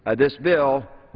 ah this bill